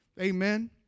Amen